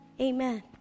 Amen